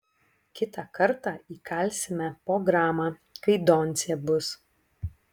kitą kartą įkalsime po gramą kai doncė bus